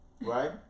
right